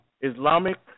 Islamic